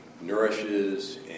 nourishes